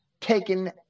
taken